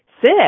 sit